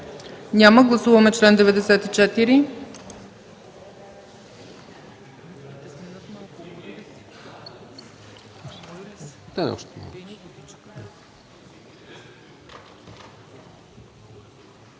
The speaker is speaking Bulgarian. Няма. Гласуваме чл. 94.